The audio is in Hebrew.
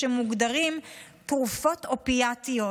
שמוגדרים תרופות אופיאטיות,